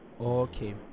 okay